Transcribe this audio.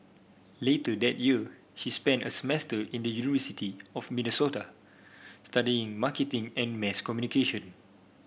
later that year she spent a semester in the University of Minnesota studying marketing and mass communication